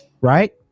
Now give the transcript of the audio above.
right